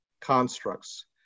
constructs